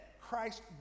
Christ